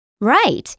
Right